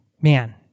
man